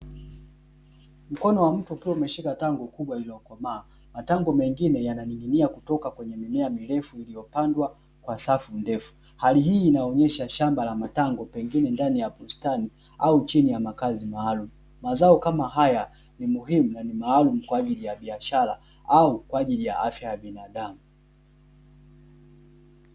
Mkono wa mtu ukiwa umeshika tango kubwa lililokomaa, matango mengine yananing'inia kutoka kwenye mimea mirefu iliyopandwa kwa safu ndefu. Hali hii inaonyesha shamba la matango pengine ndani ya bustani au chini ya makazi maalumu. Mazao kama haya ni muhimu na ni maalumu kwa ajili ya biashara au kwa ajili ya afya ya binadamu.